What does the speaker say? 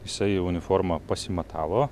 jisai uniformą pasimatavo